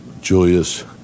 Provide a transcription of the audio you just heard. Julius